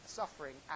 suffering